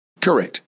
Correct